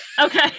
Okay